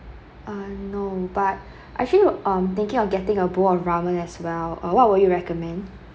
uh no but actually I'm thinking of getting a bowl of ramen as well or what would you recommend